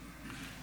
נתקבלה.